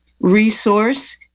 resource